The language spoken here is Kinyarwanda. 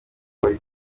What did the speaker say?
kubara